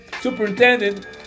superintendent